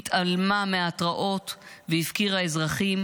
התעלמה מהתרעות והפקירה אזרחים,